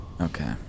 Okay